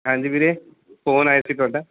ਹਾਂਜੀ ਵੀਰੇ ਫੋਨ ਆਇਆ ਸੀ ਤੁਹਾਡਾ